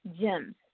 gems